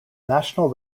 national